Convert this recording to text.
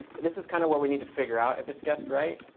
this is kind of where we need to figure out if it's guessed right.